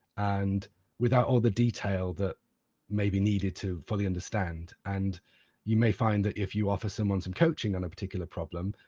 and without all the detail that may be needed to fully understand, and you may find that, if you offer someone some coaching on a particular problem,